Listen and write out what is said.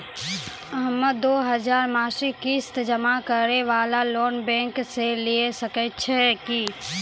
हम्मय दो हजार मासिक किस्त जमा करे वाला लोन बैंक से लिये सकय छियै की?